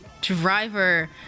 driver